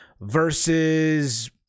versus